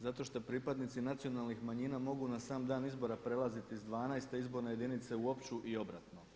zato što pripadnici nacionalnih manjina mogu na sam dan izbora prelaziti iz 12. izborne jedinice u opću i obratno.